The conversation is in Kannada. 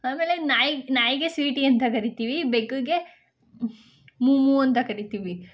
ಆಮೇಲೆ ನಾಯ್ಗೆ ನಾಯಿಗೆ ಸ್ವೀಟಿ ಅಂತ ಕರೀತೀವಿ ಬೆಕ್ಕಿಗೆ ಮೂಮೂ ಅಂತ ಕರೀತೀವಿ